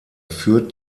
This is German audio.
führt